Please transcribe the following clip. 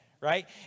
right